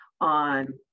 on